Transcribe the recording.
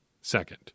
second